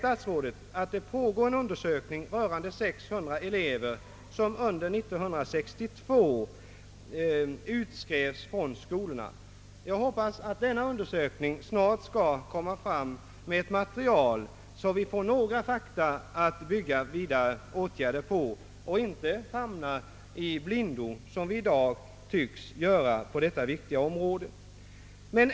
Statsrådet säger att det pågår en undersökning beträffande 600 elever som under 1962 utskrevs från ungdomsvårdsskola. Jag hoppas att denna undersökning snart skall resultera i ett material, så att vi får några fakta att bygga vidare åtgärder på och inte skall behöva famla i blindo som vi i dag tycks göra på detta viktiga område.